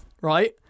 right